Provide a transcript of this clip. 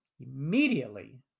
Immediately